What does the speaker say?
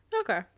Okay